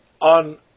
on